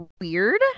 weird